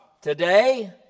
Today